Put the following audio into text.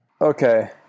Okay